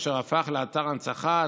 והיא הפכה לאתר הנצחה,